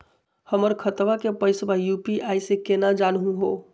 हमर खतवा के पैसवा यू.पी.आई स केना जानहु हो?